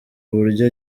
uburyo